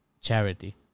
Charity